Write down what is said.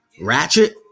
ratchet